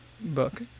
book